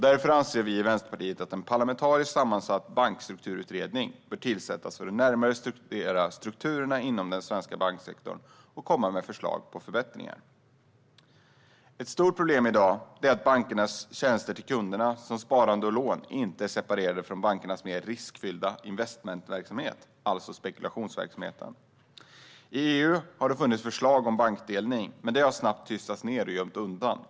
Därför anser vi i Vänsterpartiet att en parlamentariskt sammansatt bankstrukturutredning bör tillsättas för att närmare studera strukturerna inom den svenska banksektorn och komma med förslag till förbättringar. Ett stort problem i dag är att bankernas tjänster till kunderna, till exempel sparande och lån, inte är separerade från bankernas mer riskfyllda investmentverksamhet, alltså spekulationsverksamheten. I EU har det funnits förslag om bankdelning, men de har snabbt tystats ner och gömts undan.